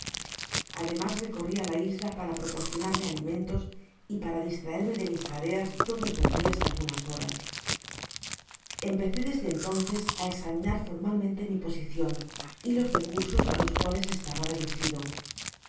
ademas recoma la isla para proporcionarme alimentos y para distraerme de mis tareas todos los dias algunas horas empecé desde entonees á examinar formalmente mi posicion y los recursos á los cuales estaba reducido